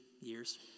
years